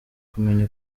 kumenya